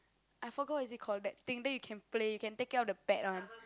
I forgot what is it call that thing then you can play you can take it out of the pet one